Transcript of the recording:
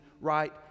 right